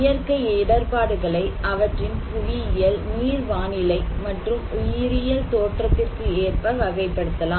இயற்கை இடர்பாடுகளைஅவற்றின் புவியியல் நீர் வானிலை மற்றும் உயிரியல் தோற்றத்திற்கு ஏற்ப வகைப்படுத்தப்படலாம்